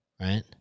Right